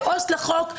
ועו"ס לחוק,